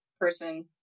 person